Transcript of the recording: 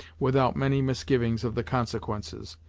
without many misgivings of the consequences,